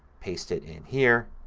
paste it in here